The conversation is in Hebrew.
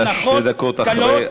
אתה שתי דקות אחרי.